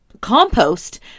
compost